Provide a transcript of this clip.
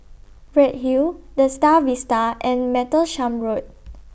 Redhill The STAR Vista and Martlesham Road